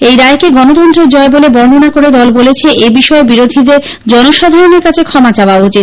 এই রায়কে গণতন্ত্রের জয় বলে বর্ণনা করে দল বলেছে এবিষয়ে বিরোধীদের জনসাধারণের কাছে ক্ষমা চাওয়া উচিত